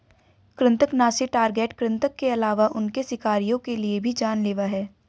कृन्तकनाशी टारगेट कृतंक के अलावा उनके शिकारियों के लिए भी जान लेवा हैं